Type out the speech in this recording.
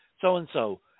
so-and-so